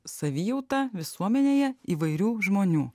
savijautą visuomenėje įvairių žmonių